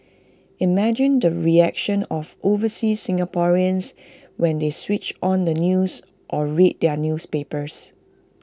imagine the reactions of overseas Singaporeans when they switched on the news or read their newspapers